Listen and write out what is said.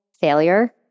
failure